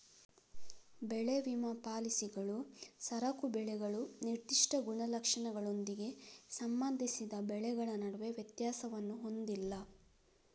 ಬೆಳೆ ವಿಮಾ ಪಾಲಿಸಿಗಳು ಸರಕು ಬೆಳೆಗಳು ನಿರ್ದಿಷ್ಟ ಗುಣಲಕ್ಷಣಗಳೊಂದಿಗೆ ಸಂಬಂಧಿಸಿದ ಬೆಳೆಗಳ ನಡುವೆ ವ್ಯತ್ಯಾಸವನ್ನು ಹೊಂದಿಲ್ಲ